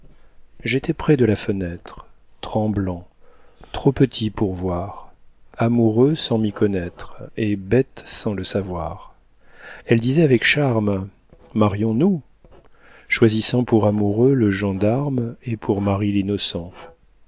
j'étais près de la fenêtre tremblant trop petit pour voir amoureux sans m'y connaître et bête sans le savoir elle disait avec charme marions nous choisissant pour amoureux le gendarme et pour mari l'innocent